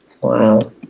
Wow